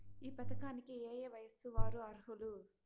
ఈ పథకానికి ఏయే వయస్సు వారు అర్హులు?